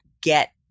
get